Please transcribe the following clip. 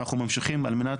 ואנחנו ממשיכים על מנת,